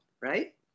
Right